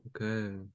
okay